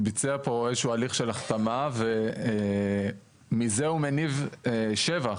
ביצע פה איזשהו הליך של החתמה, ומזה הוא מניב שבח.